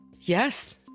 Yes